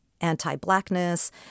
anti-blackness